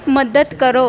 ਮਦਦ ਕਰੋ